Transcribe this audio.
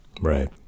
Right